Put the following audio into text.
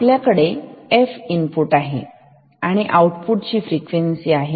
तर आपल्याकडे f input आहे आणि आउटपुट ची फ्रिक्वेन्सी f16 आहे